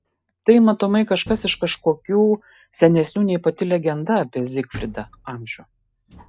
tai matomai kažkas iš kažkokių senesnių nei pati legenda apie zigfridą amžių